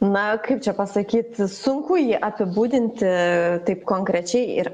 na kaip čia pasakyt sunku jį apibūdinti taip konkrečiai ir